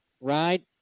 Right